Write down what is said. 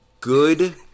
Good